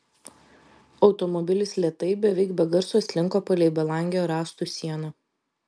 automobilis lėtai beveik be garso slinko palei belangę rąstų sieną